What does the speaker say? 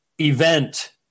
event